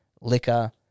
liquor